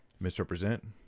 misrepresent